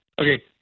Okay